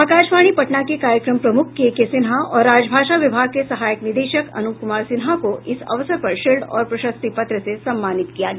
आकाशवाणी पटना के कार्यक्रम प्रमुख केके सिन्हा और राजभाषा विभाग के सहायक निदेशक अनूप कुमार सिन्हा को इस अवसर पर शील्ड और प्रशस्ति पत्र से सम्मानित किया गया